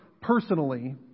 personally